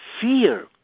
fear